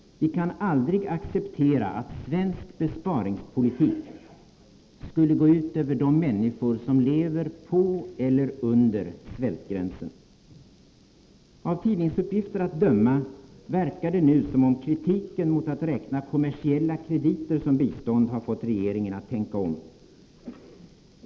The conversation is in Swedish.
Vi kan aldrig acceptera att svensk besparingspolitik skulle gå ut över de människor som lever på eller under svältgränsen. Avtidningsuppgifter att döma verkar det nu som om kritiken mot att räkna kommersiella krediter som bistånd har fått regeringen att tänka om.